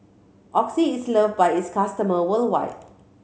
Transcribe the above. Oxy is loved by its customer worldwide